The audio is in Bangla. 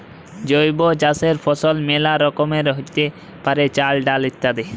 জৈব চাসের ফসল মেলা রকমেরই হ্যতে পারে, চাল, ডাল ইত্যাদি